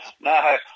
No